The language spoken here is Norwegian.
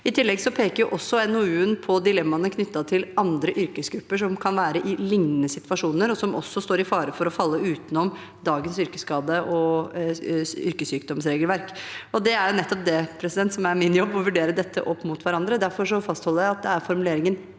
I tillegg peker NOU-en på dilemmaene knyttet til andre yrkesgrupper som kan være i lignende situasjoner, og som også står i fare for å falle utenom dagens yrkesskade- og yrkessykdomregelverk. Det er nettopp det som er min jobb – å vurdere dette opp mot hverandre. Derfor fastholder jeg at det er formuleringen